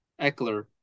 Eckler